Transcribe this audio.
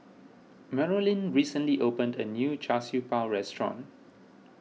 Marolyn recently opened a new Char Siew Bao restaurant